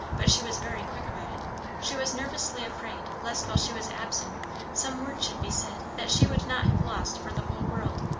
but she was very quick about it she was nervously afraid lest while she was absent some word should be said that she would not have lost for the whole world.